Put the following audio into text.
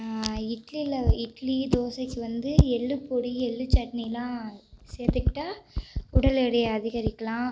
இட்லியில் இட்லி தோசைக்கு வந்து எள்ளுப்பொடி எள்ளு சட்னியெலாம் சேர்த்துக்கிட்டா உடல் எடையை அதிகரிக்கலாம்